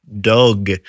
Dog